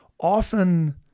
often